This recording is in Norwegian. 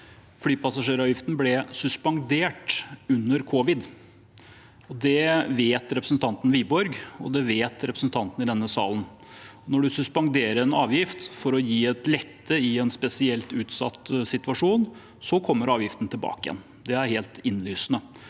Flypassasjeravgiften ble suspendert under covid. Det vet representanten Wiborg, og det vet representantene i denne salen. Når du suspenderer en avgift for å gi en lette i en spesielt utsatt situasjon, kommer avgiften tilbake igjen. Det er helt innlysende.